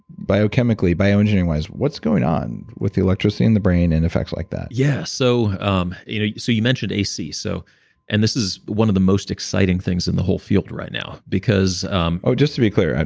biochemically, bioengineering wise, what's going on with the electricity in the brain, and effects like that? yeah, so um you know so you mention ac, so and this is one of the most exciting things in the whole field right now, because um oh, just to be clear,